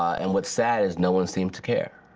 and what's sad is no one seems to care,